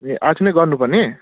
ए आज नै गर्नु पर्ने